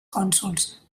cònsols